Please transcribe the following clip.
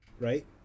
right